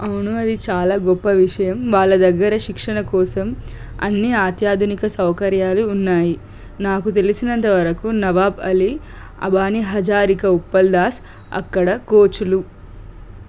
అవును అవును అది చాలా గొప్ప విషయం వాళ్ళ దగ్గర శిక్షణ కోసం అన్ని అత్యాధునిక సౌకర్యాలు ఉన్నాయి నాకు తెలిసినంత వరకు నవాబ్ అలీ అబానీ హజారికా ఉప్పల్ దాస్ అక్కడ కోచ్లు